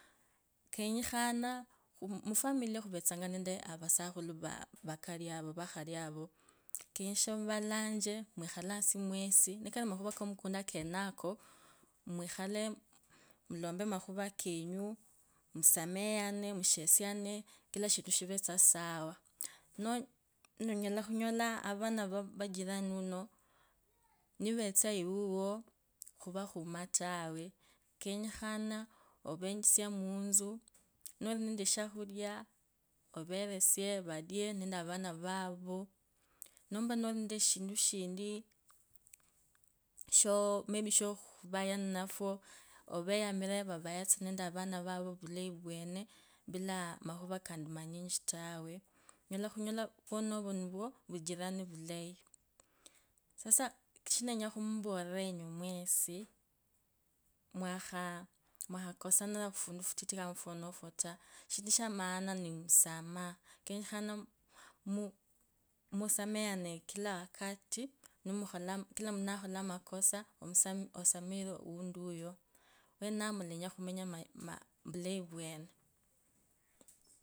Kenyekhali, mufamili khuvetsanga nende avasakhulu va. vokali vakhale avo, kenyeshe muvalache mukhore asi mwesi, nikali amakhuva kamumunda kenako, mwikhale, mwilombe makhura kenu, msamehane mwushesiane, kila shindu shire isa sawa onyala khunyola avana vajirani uno nivetsa iwuwo khuvakhuma tawe kenyakho nivetsa iwuwo nori nende eshakulia everesie valee nende avana vovo, nombo nori nende eshintu shindi shokhuvayo ninafwo, uveyamire vavaye tsa nende avanda pila amakhava kandi amanyinzi taa. Onyola khunyola vunovyo nivyo vujirani vulayi. Sasa shenenyanga khumovera mwesi mwakhaa. mwakhakosanira khufuntu futiti taa. Shindi sha maana ni msamaha kenyekhane mu musamahane kila wakati, nimukhola kila muntu nakhola makosa msamehe omuntu oyo wenao mwelenya khumenya ma ma vulayi vwene.